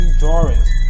drawings